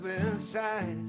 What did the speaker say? inside